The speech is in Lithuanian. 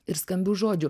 ir skambių žodžių